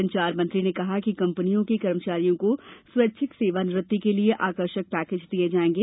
संचार मंत्री ने कहा कि कंपनियों के कर्मचारियों को स्वैच्छिक सेवानिवृत्ति के लिए आकर्षक पैकेज दिए जाएंगे